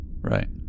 Right